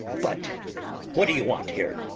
but what do you want here,